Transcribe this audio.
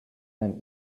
then